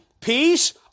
peace